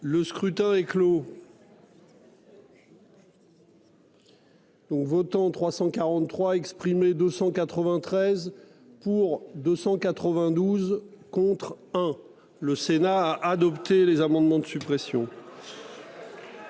Le scrutin est clos. Oui. On votants 343 exprimés, 293 pour 292 contre 1, le Sénat a adopté les amendements de suppression.